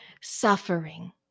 suffering